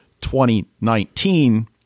2019